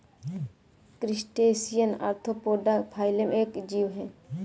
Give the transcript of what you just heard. crustacean arthropoda phylum का एक जीव है